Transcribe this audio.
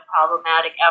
problematic